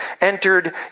entered